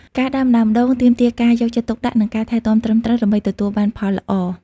ការដាំដើមដូងទាមទារការយកចិត្តទុកដាក់ និងការថែទាំត្រឹមត្រូវ ដើម្បីទទួលបានផលល្អ។